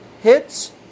hits